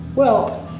well,